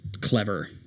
clever